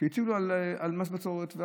הטילו מס בצורת.